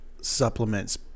supplements